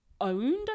owned